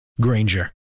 Granger